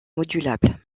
modulable